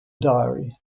diary